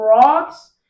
rocks